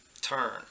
turn